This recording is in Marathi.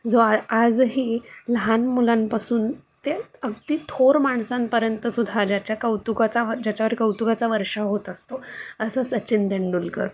जो आ आजही लहान मुलांपासून ते अगदी थोर माणसांपर्यंत सुद्धा ज्याच्या कौतुकाचा हा ज्याच्यावर कौतुकाचा वर्षाव होत असतो असा सचिन तेंडुलकर